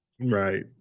Right